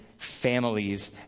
families